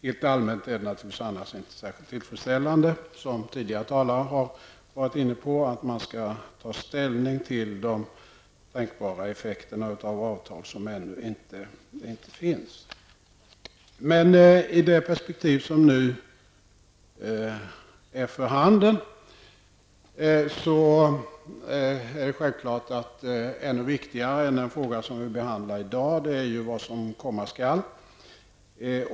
Rent allmänt är det naturligvis annars inte särskilt tillfredsställande, som tidigare talare har varit inne på, att man skall ta ställning till de tänkbara effekterna av avtal som ännu inte finns. Men i det perspektiv som nu är för handen är det självklart att ännu viktigare än den fråga som vi behandlar i dag är ju vad som komma skall.